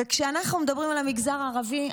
וכשאנחנו מדברים על המגזר הערבי,